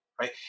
right